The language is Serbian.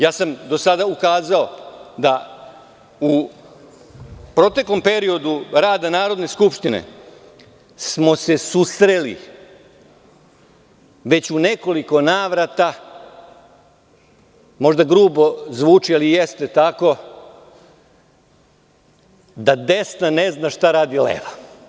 Ja sam do sada ukazao da u proteklom periodu rada Narodne skupštine smo se susreli već u nekoliko navrata, možda grubo zvuči ali jeste tako, da desna ne zna šta radi leva.